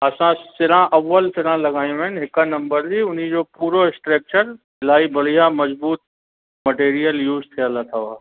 असां सिरां अव्वल सिरां लॻायूं आहिनि हिक नम्बर जी हुनजो पूरो स्ट्रक्चर इलाही बढ़िया मज़बूत मटीरियल यूस थियल अथव